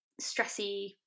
stressy